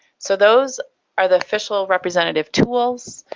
so those are the official representative tools.